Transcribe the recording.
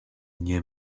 nie